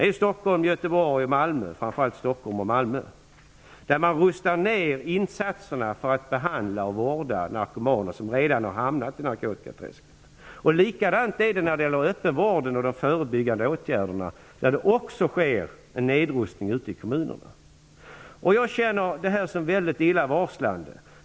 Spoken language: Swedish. I Stockholm, Göteborg och Malmö -- framför allt i Stockholm och Malmö -- rustar man ner insatserna för vård och behandling av narkomaner som redan har hamnat i narkotikaträsket. Detsamma gäller för öppenvården och de förebyggande åtgärderna. Även i fråga om dessa sker en nedrustning ute i kommunerna. Jag känner det här som väldigt illavarslande.